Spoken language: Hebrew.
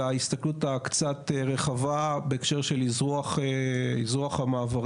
להסתכלות הקצת רחבה בהקשר של אזרוח המעברים,